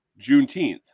Juneteenth